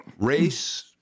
Race